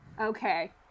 Okay